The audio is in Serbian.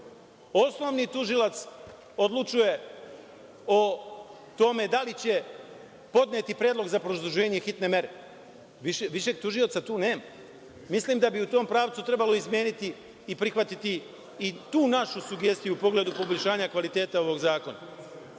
Osnovni tužilac odlučuje o tome da li će podneti predlog za produženje hitne mere. Višeg tužioca tu nema. Mislim da bi u tom pravcu trebalo izmeniti i prihvatiti i tu našu sugestiju u pogledu poboljšanja kvaliteta ovog zakona. Na